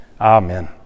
Amen